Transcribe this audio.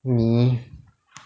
你